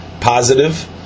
positive